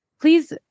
Please